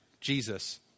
Jesus